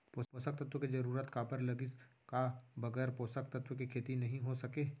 पोसक तत्व के जरूरत काबर लगिस, का बगैर पोसक तत्व के खेती नही हो सके?